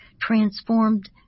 transformed